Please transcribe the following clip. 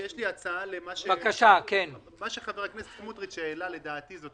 מה שחבר הכנסת סמוטריץ' העלה, לדעתי זאת